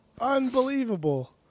Unbelievable